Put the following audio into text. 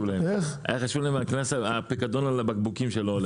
להם הפיקדון על הבקבוקים.